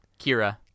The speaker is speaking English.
Kira